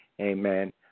Amen